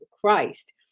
Christ